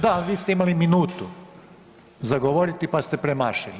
Da, ali vi ste imali minutu za govoriti pa ste premašili.